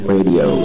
Radio